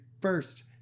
first